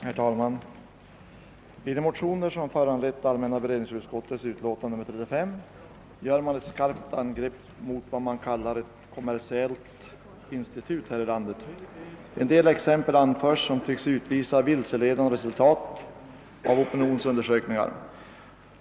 Herr talman! I de motioner som föranlett allmänna beredningsutskottets utlåtande nr 35 går motionärerna till skarpt angrepp mot vad de kallar för ett kommersiellt institut här i landet och anför en del exempel på vad de anser vara vilseledande resultat av företagna opinionsundersökningar.